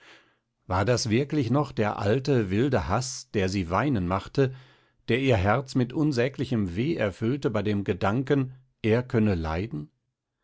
war das wirklich noch der alte wilde haß der sie weinen machte der ihr herz mit unsäglichem weh erfüllte bei dem gedanken er könne leiden